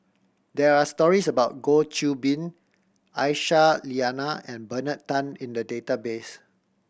there are stories about Goh Qiu Bin Aisyah Lyana and Bernard Tan in the database